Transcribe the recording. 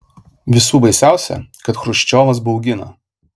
visų baisiausia kad chruščiovas baugina